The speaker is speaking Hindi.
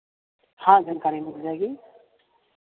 हाँ जानकारी मिल जाएगी